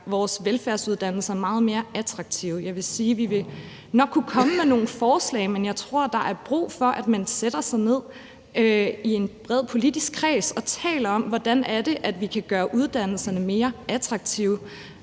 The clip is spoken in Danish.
vores velfærdsuddannelser meget mere attraktive. Jeg vil sige, at vi nok vil kunne komme med nogle forslag, men at jeg også tror, der er brug for, at man i en politisk kreds bredt sætter sig ned og taler om, hvordan man kan gøre uddannelserne mere attraktive.